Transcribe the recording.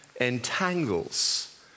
entangles